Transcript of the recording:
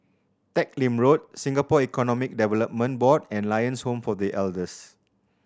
Teck Lim Road Singapore Economic Board and Lions Home for The Elders